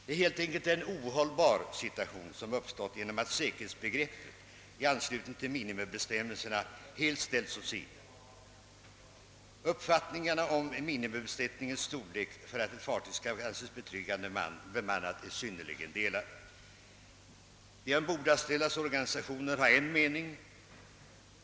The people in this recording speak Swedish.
En helt enkelt ohållbar situation har uppstått genom att säkerhetsbegreppet i anslutning till minimibestämmelserna helt ställts åt sidan. Uppfattningarna om minimibesättningens storlek för att ett fartyg skall anses betryggande bemannat är synnerligen delade. De om bordanställdas organisationer har en mening.